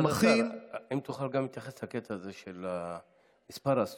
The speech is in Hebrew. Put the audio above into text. בעד הצעת החוק הצביעו 14,